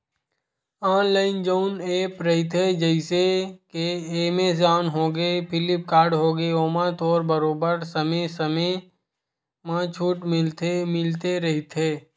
online जउन app रहिथे जइसे के एमेजॉन होगे, फ्लिपकार्ट होगे ओमा तो बरोबर समे समे म छूट मिलते रहिथे